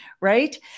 Right